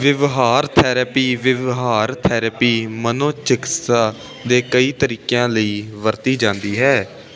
ਵਿਵਹਾਰ ਥੈਰੇਪੀ ਵਿਵਹਾਰ ਥੈਰੇਪੀ ਮਨੋ ਚਿਕਿਤਸਾ ਦੇ ਕਈ ਤਰੀਕਿਆਂ ਲਈ ਵਰਤੀ ਜਾਂਦੀ ਹੈ